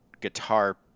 guitar